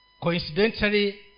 Coincidentally